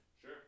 Sure